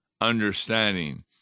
understanding